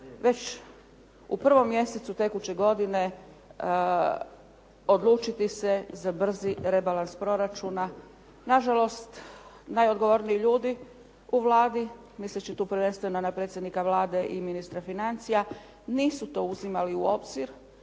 već u prvom mjesecu tekuće godine odlučiti se za brzi rebalans proračuna. Nažalost, najodgovorniji ljudi u Vladi misleći tu prvenstveno na predsjednika Vlade i ministra financija nisu to uzimali u obzir